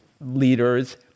leaders